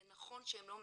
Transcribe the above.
זה נכון שהם לא מכירים.